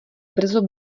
brzo